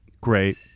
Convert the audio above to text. Great